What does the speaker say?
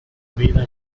vida